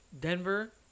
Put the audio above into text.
Denver